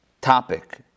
topic